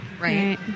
right